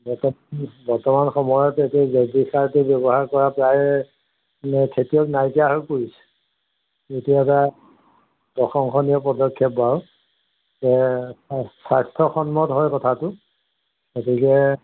বত বৰ্তমান সময়ত এইটো জৈৱিক সাৰটো ব্যৱহাৰ কৰা প্ৰায় মানে খেতিয়ক নাইকিয়া হৈ পৰিছে এইটো এটা প্ৰশংসনীয় পদক্ষেপ বাৰু যে স্বাস্থ্যসন্মত হয় কথাটো গতিকে